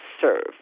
serve